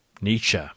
Nietzsche